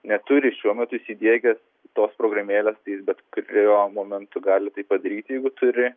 neturi šiuo metu įsidiegęs tos programėlėstai jis bet kaip jo momentu gali tai padaryti jeigu turi